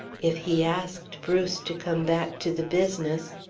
if he asked bruce to come back to the business,